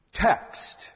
Text